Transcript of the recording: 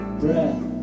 breath